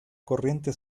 corriente